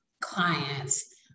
clients